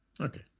Okay